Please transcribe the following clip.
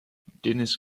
dennis